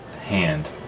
hand